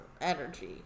energy